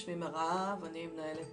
שמי מירב, אני מנהלת